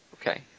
Okay